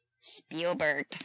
Spielberg